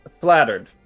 Flattered